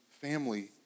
family